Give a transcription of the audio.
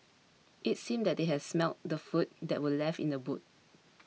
it seemed that they had smelt the food that were left in the boot